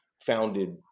founded